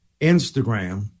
Instagram